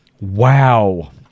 Wow